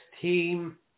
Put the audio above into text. team